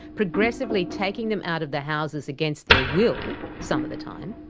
progressively taking them out of the houses against their will, some of the time,